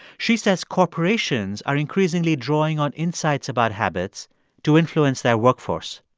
she says corporations are increasingly drawing on insights about habits to influence their workforce.